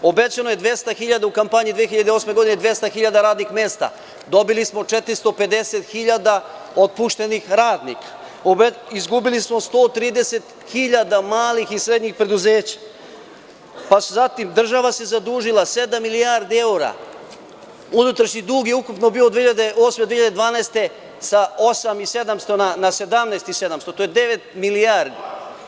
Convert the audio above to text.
Obećano je 200.000 u kampanji 2008. godine, 200.000 radnih mesta, dobili smo 450.000 otpuštenih radnika, izgubili smo 130.000 malih i srednjih preduzeća, pa se zatim država zadužila 7 milijardi evra, unutrašnji dug je ukupno 2008, 2012. sa 8,700 na 17,700, to je 9 milijardi.